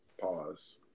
pause